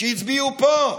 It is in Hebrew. הצביעו פה,